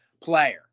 player